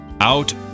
out